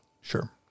Sure